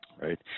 Right